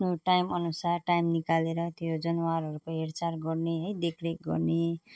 आफ्नो टाइम अनुसार टाइम निकालेर त्यो जनावरहरूको हेरचाह गर्ने है देखरेख गर्ने